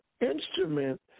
instrument